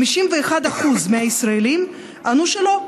51% מהישראלים ענו שלא,